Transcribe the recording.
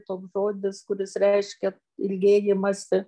toks žodis kuris reiškia ilgėjimąsi